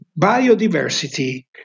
biodiversity